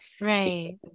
Right